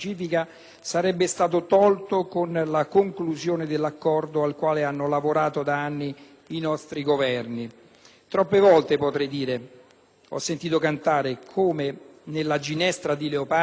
sarebbe stato tolto con la conclusione dell'Accordo al quale hanno lavorato da anni i nostri Governi. Troppe volte, potrei dire, ho sentito cantare, come ne «La Ginestra» di Leopardi,